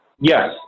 Yes